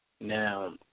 Now